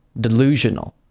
delusional